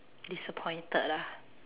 disappointed ah